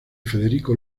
federico